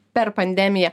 per pandemiją